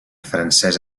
francès